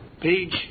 page